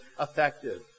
effective